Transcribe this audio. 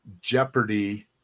jeopardy